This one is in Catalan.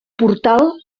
portal